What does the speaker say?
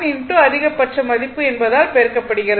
707 அதிகபட்ச மதிப்பு என்பதால் பெருக்கப்படுகிறது